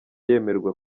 yemererwa